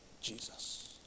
Jesus